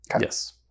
Yes